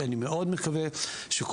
זה צריך לבוא מבחוץ ובהגדרה